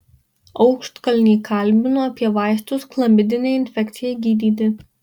aukštkalnį kalbinu apie vaistus chlamidinei infekcijai gydyti